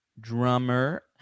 drummer